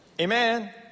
Amen